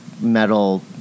metal